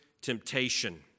temptation